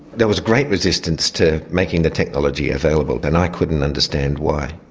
there was great resistance to making the technology available and i couldn't understand why.